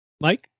Mike